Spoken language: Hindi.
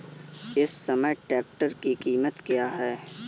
इस समय ट्रैक्टर की कीमत क्या है?